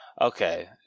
Okay